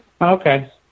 Okay